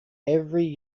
every